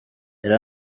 yari